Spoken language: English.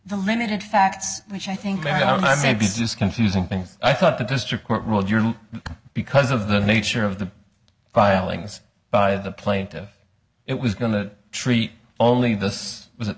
the limited facts which i think i may be just confusing things i thought the district court ruled your because of the nature of the filings by the plaintiff it was going to treat only this was it